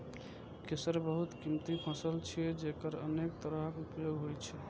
केसर बहुत कीमती फसल छियै, जेकर अनेक तरहक उपयोग होइ छै